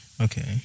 Okay